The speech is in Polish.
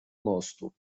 mostu